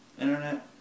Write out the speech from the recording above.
Internet